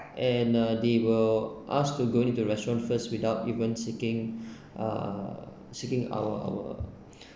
and uh they were ask to go in into the restaurant first without even seeking uh seeking our our